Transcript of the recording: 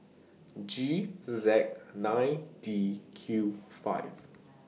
G Z nine D Q five